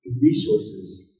Resources